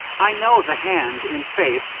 i know the hand in faith,